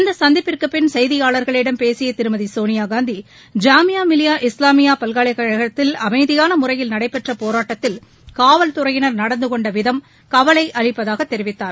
இச்சந்திப்பிற்குபின் செய்தியாளர்களிடம் பேசிய திருமதி சோனியா காந்தி ஜாமியா மிலியா இஸ்லாமியா பல்கலைக்கழகத்தில் அமைதியான முறையில் நடைபெற்ற போராட்டத்தில் காவல் துறையினர் நடந்துகொண்ட விதம் கவலை அளிப்பதாக தெரிவித்தார்